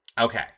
Okay